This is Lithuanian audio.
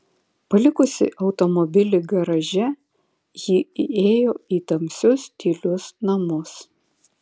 palikusi automobilį garaže ji įėjo į tamsius tylius namus